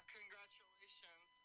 congratulations